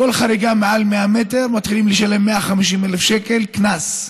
על כל חריגה מעל 100 מטר מתחילים לשלם 150,000 שקל קנס.